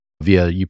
via